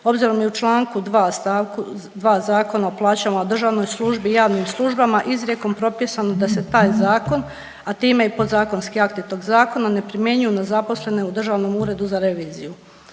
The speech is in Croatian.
Obzirom je u čl. 2. st. 2. Zakona o plaćama u državnoj službi i javnim službama izrijekom propisano da se taj zakon, a time i podzakonski akti tog zakona ne primjenjuju na zaposlene u Državni ured za reviziju.